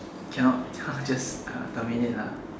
cannot cannot just terminate lah